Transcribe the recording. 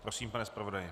Prosím, pane zpravodaji.